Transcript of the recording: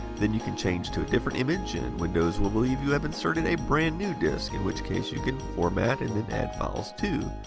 then you can change to a different image, and windows will believe you have inserted a brand new disk, in which case you can format and then add files to.